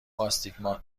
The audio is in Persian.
آستیگمات